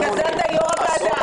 בגלל זה אתה יושב-ראש הוועדה,